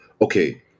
okay